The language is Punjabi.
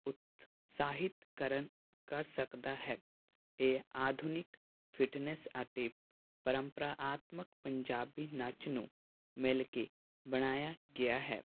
ਉਤਸ਼ਾਹਿਤ ਕਰਨ ਕਰ ਸਕਦਾ ਹੈ ਇਹ ਆਧੁਨਿਕ ਫਿਟਨੈਸ ਅਤੇ ਪਰੰਪਰਾਤਮਕ ਪੰਜਾਬੀ ਨਾਚ ਨੂੰ ਮਿਲ ਕੇ ਬਣਾਇਆ ਗਿਆ ਹੈ